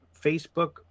Facebook